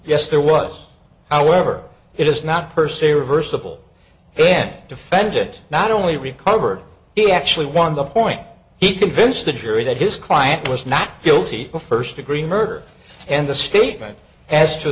yes there was however it is not per se reversible then defended not only recovered he actually won the point he convinced the jury that his client was not guilty of first degree murder and the statement as to